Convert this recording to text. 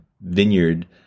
vineyard